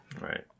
Right